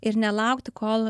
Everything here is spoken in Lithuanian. ir nelaukti kol